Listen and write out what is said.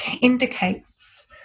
indicates